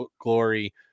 glory